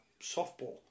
softball